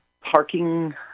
parking